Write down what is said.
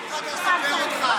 אף אחד לא סובל אותך.